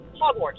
Hogwarts